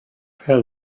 had